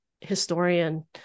historian